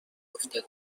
افتاده